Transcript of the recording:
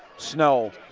snow,